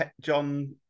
John